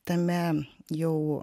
tame jau